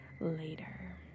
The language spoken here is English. later